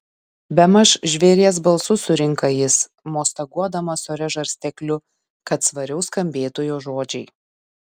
bemaž žvėries balsu surinka jis mostaguodamas ore žarstekliu kad svariau skambėtų jo žodžiai